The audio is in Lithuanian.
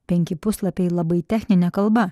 penki puslapiai labai technine kalba